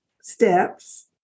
steps